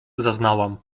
zaznałam